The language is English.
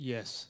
Yes